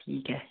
ठीक है